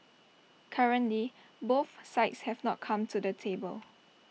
currently both sides have not come to the table